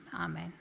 Amen